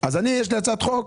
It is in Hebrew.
יש לי הצעת חוק